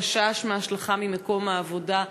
חשש מהשלכה ממקום העבודה.